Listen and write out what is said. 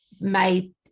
made